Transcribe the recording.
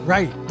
Right